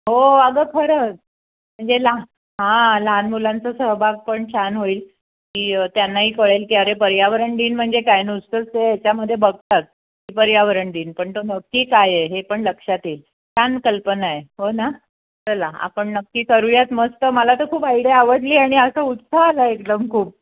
हो अगं खरंच म्हणजे लहा हां लहान मुलांचा सहभाग पण छान होईल की त्यांनाही कळेल की अरे पर्यावरण दिन म्हणजे काय नुसतंच ह्याच्यामध्ये बघतात की पर्यावरण दिन पण तो नक्की काय हे पण लक्षात येईल छान कल्पना आहे हो ना चला आपण नक्की करूयात मस्त मला तर खूप आयडीया आवडली आणि असा उत्साह आला एकदम खूप